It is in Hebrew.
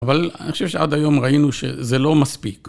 אבל אני חושב שעד היום ראינו שזה לא מספיק.